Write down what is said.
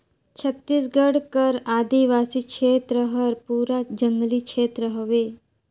छत्तीसगढ़ कर आदिवासी छेत्र हर पूरा जंगली छेत्र हवे